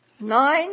Nine